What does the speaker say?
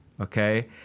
okay